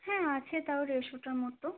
হ্যাঁ আছে তাও দেড়শোটা মতো